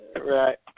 Right